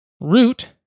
Root